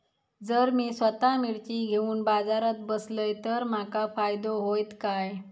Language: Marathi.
जर मी स्वतः मिर्ची घेवून बाजारात बसलय तर माका फायदो होयत काय?